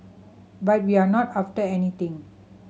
but we're not after anything